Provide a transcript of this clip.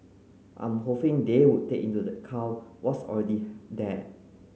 I'm hoping they would take into account what's already there